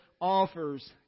offers